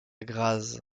graz